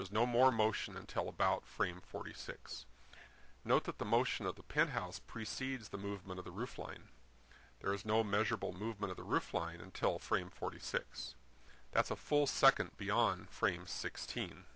is no more motion and tell about frame forty six note that the motion of the penthouse precedes the movement of the roof line there is no measurable movement of the roof line until frame forty six that's a full second beyond frame sixteen